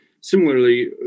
similarly